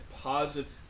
positive